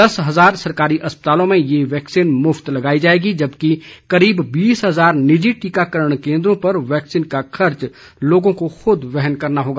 दस हजार सरकारी अस्पतालों में यह वैक्सीन मुफ्त लगायी जायेगी जबकि करीब बीस हजार निजी टीकाकरण केन्द्रों पर वैक्सीन का खर्च लोगों को खुद वहन करना होगा